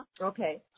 Okay